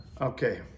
okay